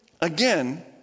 again